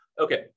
Okay